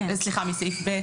בסעיף (א)